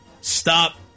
Stop